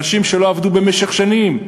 אנשים שלא עבדו במשך שנים,